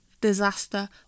disaster